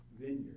vineyard